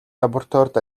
лабораторид